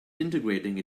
integrating